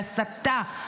בהסתה,